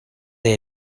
they